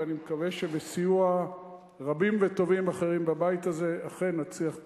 ואני מקווה שבסיוע רבים וטובים אחרים בבית הזה אכן נצליח לתקן.